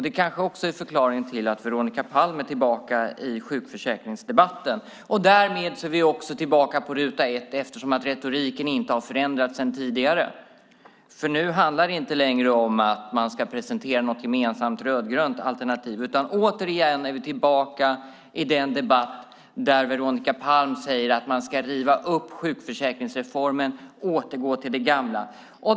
Det kanske är förklaringen till att Veronica Palm är tillbaka i sjukförsäkringsdebatten. Därmed är vi också tillbaka på ruta ett, eftersom retoriken inte har förändrats sedan tidigare. Nu handlar det inte längre om att man ska presentera något gemensamt rödgrönt alternativ, utan återigen är vi tillbaka i den debatt där Veronica Palm säger att man ska riva upp sjukförsäkringsreformen och återgå till det gamla.